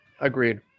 Agreed